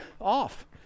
off